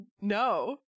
no